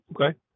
Okay